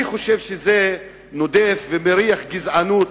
אני חושב שזה נודף ומריח גזענות,